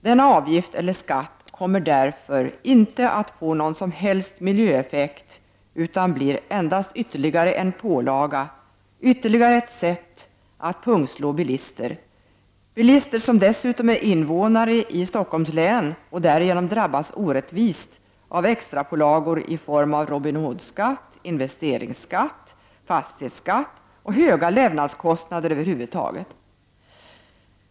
Denna avgift eller skatt kommer därför inte att få någon som helst miljöeffekt utan blir endast ytterligare en pålaga, ytterligare ett sätt att pungslå bilister, bilister som dessutom är invånare i Stockholms län och därigenom drabbas orättvist av extrapålagor i form av Robin Hood-skatt, investeringsskatt, fastighetsskatt och höga levnadskostnader över huvud taget.